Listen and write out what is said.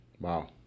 Wow